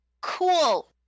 Cool